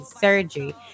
surgery